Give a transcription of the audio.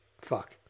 Fuck